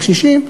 הקשישים,